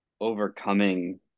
overcoming